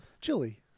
chili